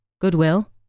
goodwill